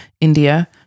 India